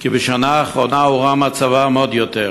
כי בשנה האחרונה הורע מצבם עוד יותר.